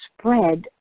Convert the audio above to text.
spread